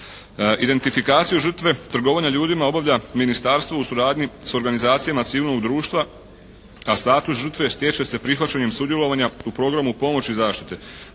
Identifikaciju žrtve trgovanja ljudima obavlja ministarstvo u suradnji s organizacijama civilnog društva, a status žrtve stječe se prihvaćanjem sudjelovanja u programu pomoći i zaštite.